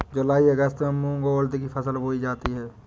जूलाई अगस्त में मूंग और उर्द की फसल बोई जाती है